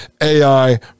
AI